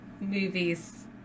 movies